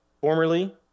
Formerly